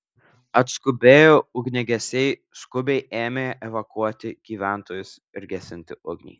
atskubėję ugniagesiai skubiai ėmė evakuoti gyventojus ir gesinti ugnį